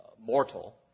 mortal